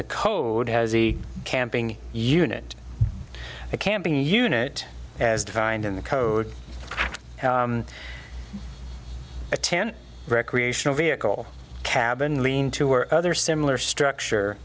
the code as a camping unit a camping unit as defined in the code a ten recreational vehicle cabin lean to or other similar structure